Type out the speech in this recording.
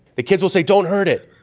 the kids will say, don't hurt it,